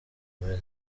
moya